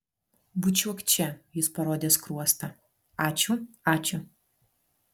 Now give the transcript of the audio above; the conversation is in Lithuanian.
bučiuok čia jis parodė skruostą ačiū ačiū